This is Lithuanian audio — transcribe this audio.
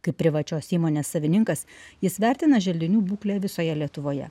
kaip privačios įmonės savininkas jis vertina želdinių būklę visoje lietuvoje